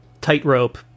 tightrope